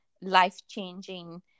life-changing